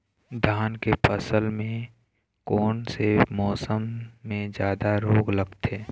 धान के फसल मे कोन से मौसम मे जादा रोग लगथे?